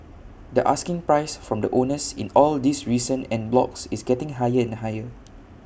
the asking price from the owners in all these recent en blocs is getting higher and higher